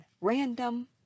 Random